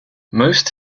most